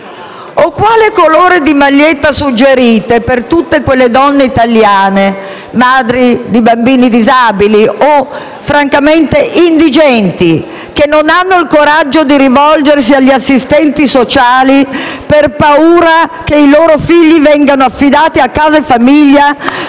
O quale colore di maglietta suggerite per tutte quelle donne italiane, madri di bambini disabili o indigenti, che non hanno il coraggio di rivolgersi agli assistenti sociali per paura che i loro figli vengano affidati a case famiglia